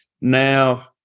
Now